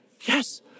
Yes